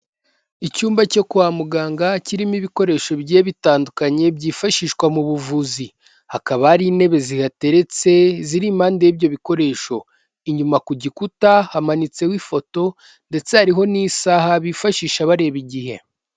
Icyumba cyo kwa muganga kirimo ibikoresho bigiye bitandukanye byifashishwa mu buvuzi, hakaba hari intebe zihateretse ziri impande y'ibyo bikoresho, inyuma ku gikuta hamanitseho ifoto ndetse hariho n'isaha bifashisha bareba igihe.